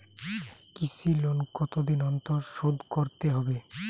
কৃষি লোন কতদিন অন্তর শোধ করতে হবে?